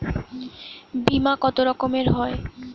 বিমা কত রকমের হয়?